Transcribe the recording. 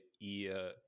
ear